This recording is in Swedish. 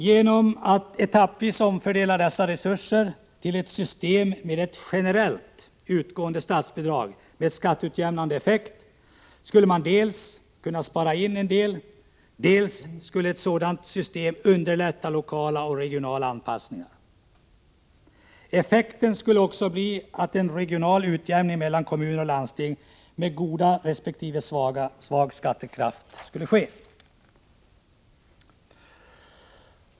Genom att etappvis omfördela dessa resurser till ett system med generellt utgående statsbidrag med skatteutjämnande effekt skulle man dels kunna spara in en del, dels underlätta lokala och regionala anpassningar. Effekten skulle också bli att en regional utjämning mellan kommuner och landsting med god resp. svag skattekraft kunde ske.